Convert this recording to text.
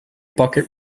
bucket